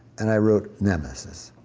and i wrote nemesis,